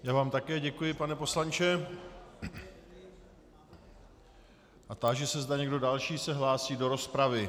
Já vám také děkuji, pane poslanče, a táži se, zda někdo další se hlásí do rozpravy.